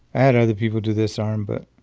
i had other people do this arm. but